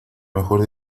mejor